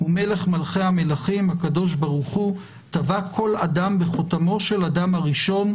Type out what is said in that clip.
ומלך מלכי המלכים הקדוש ברוך הוא טבע כל אדם בחותמו של אדם הראשון,